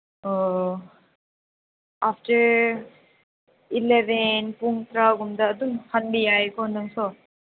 after eleven ꯄꯨꯡ ꯇꯔꯥꯒꯨꯝꯕꯗ ꯑꯗꯨꯝ ꯍꯟꯕ ꯌꯥꯏꯀꯣ ꯅꯪꯁꯨ